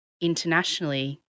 internationally